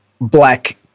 black